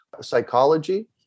psychology